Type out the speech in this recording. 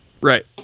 right